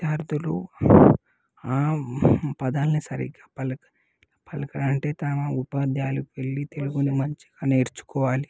విద్యార్థులు పదాలని సరిగా పలకరు పలకరు అంటే తమ ఉపాధ్యాయులు వెళ్ళి తెలుగును మంచిగా నేర్చుకోవాలి